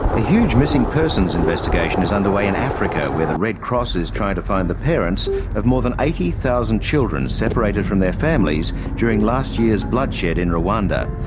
a huge missing persons investigation is under way in africa, where the red cross is trying to find the parents of more than eighty thousand children separated from their families during last year's bloodshed in rwanda.